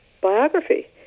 biography